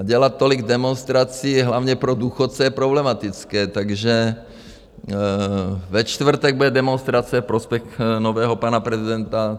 Dělat tolik demonstrací hlavně pro důchodce je problematické, takže ve čtvrtek bude demonstrace ve prospěch nového pana prezidenta.